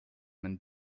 man